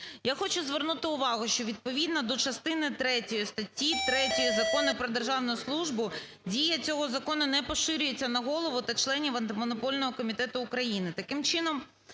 Я хочу звернути увагу, що відповідно до частини третьої статті 3 Закону "Про державну службу" дія цього закону не поширюється на голову та членів Антимонопольного комітету України.